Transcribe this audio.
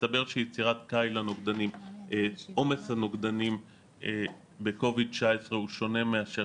מסתבר שיצירת עומס הנוגדנים ב-covid 19 הוא שונה מאשר